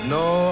no